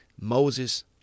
Moses